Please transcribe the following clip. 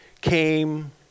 came